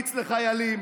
מרביץ לחיילים,